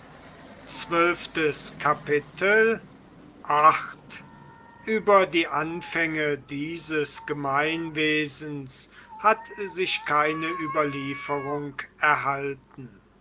über die anfänge dieses gemeinwesens hat sich keine überlieferung erhalten